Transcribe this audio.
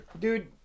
Dude